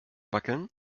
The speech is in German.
wackeln